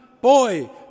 boy